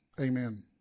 amen